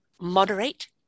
moderate